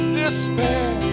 despair